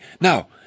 Now